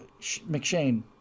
McShane